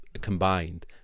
combined